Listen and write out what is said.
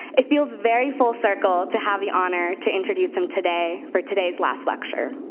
it feels very full circle to have the honor to introduce him today for today's last lecture.